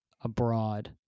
abroad